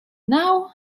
now